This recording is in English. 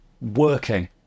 working